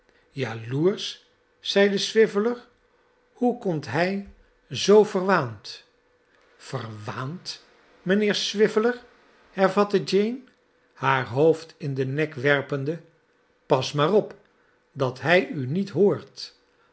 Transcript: jaloersch zeide swiveller hoe komt hij zoo verwaand verwaand mijnheer swiveller hervatte jane haar hoofd in den nek werpende pas maar op dat hij u niet hoort